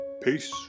Peace